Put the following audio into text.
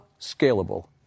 scalable